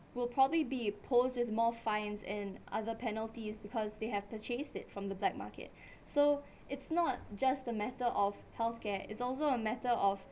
would probably be post with more fines and other penalties because they have purchased it from the black market so it's not just the matter of healthcare it's also a matter of